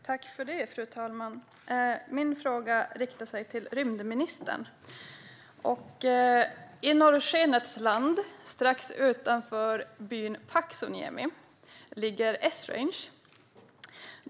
Fru talman! Min fråga riktar sig till rymdministern. I norrskenets land, strax utanför byn Paksuniemi, ligger Esrange.